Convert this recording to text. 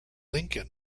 lincoln